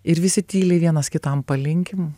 ir visi tyliai vienas kitam palinkim